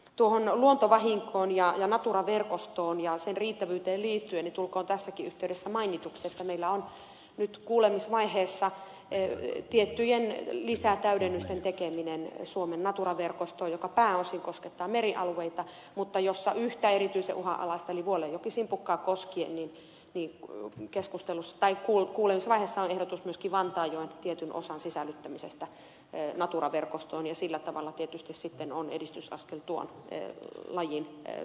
tuohon luontovahinkoon ja natura verkostoon ja sen riittävyyteen liittyen tulkoon tässäkin yhteydessä mainituksi että meillä on nyt kuulemisvaiheessa tiettyjen lisätäydennysten tekeminen suomen natura verkostoon joka pääosin koskettaa merialueita mutta jossa yhtä erityisen uhanalaista eli vuollejokisimpukkaa koskien kuulemisvaiheessa on ehdotus myöskin vantaanjoen tietyn osan sisällyttämisestä natura verkostoon ja sillä tavalla tämä tietysti sitten on edistysaskel tuon lajin suojelun kannalta